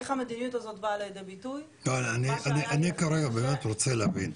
איך המדיניות הזו באה לידי ביטוי --- אני כרגע באמת רוצה להבין,